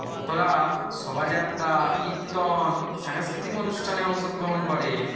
ভক্তরা শোভাযাত্রা কীর্তন সাংস্কৃতিক অনুষ্ঠানে অংশগ্রহণ করে